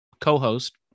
co-host